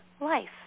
life